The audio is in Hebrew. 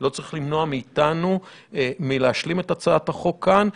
לא צריך למנוע מאיתנו מלהשלים את הצעת החוק כאן,